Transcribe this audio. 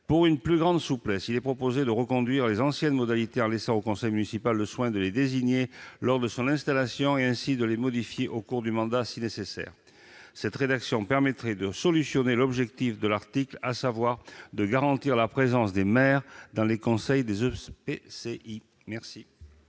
Pour une plus grande souplesse, il est proposé de reconduire les anciennes modalités en laissant au conseil municipal le soin de désigner les conseillers communautaires lors de son installation et ainsi de les modifier au cours du mandat si besoin est. Cette rédaction permettrait de résoudre l'objectif de l'article, à savoir garantir la présence des maires dans les conseils des EPCI. Quel